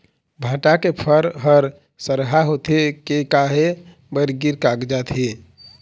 भांटा के फर हर सरहा होथे के काहे बर गिर कागजात हे?